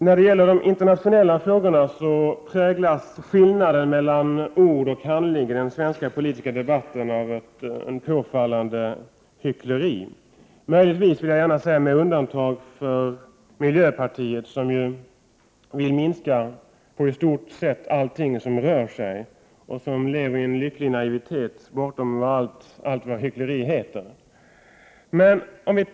När det gäller de internationella frågorna präglas skillnaden mellan ord och handling i den svenska politiska debatten av ett påfallande hyckleri — möjligen, och det vill jag gärna säga, med undantag av miljöpartiet, som ju vill ha minskningar när det gäller i stort sett allt som rör sig. Miljöpartisterna lever lyckligt naiva, långt bortom allt vad hyckleri heter.